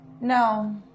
No